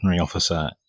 officer